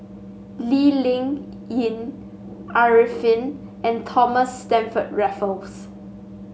Lee Ling Yen Arifin and Thomas Stamford Raffles